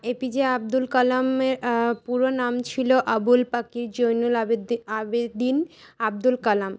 এ P J Abdul কালামের পুরো নাম ছিল আভুল পাকির জয়নুলাবেদিন আবেদিন আবদুল কালাম